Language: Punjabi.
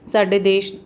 ਸਾਡੇ ਦੇਸ਼